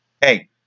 Hey